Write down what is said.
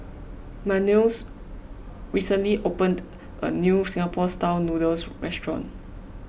Manuel's recently opened a new Singapore Style Noodles restaurant